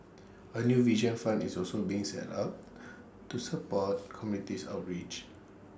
A new vision fund is also being set up to support communities outreach